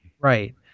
Right